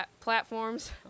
platforms